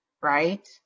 right